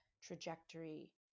trajectory